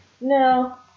No